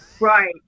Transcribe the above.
right